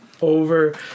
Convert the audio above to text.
over